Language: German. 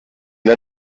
der